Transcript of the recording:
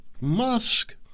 Musk